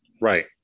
Right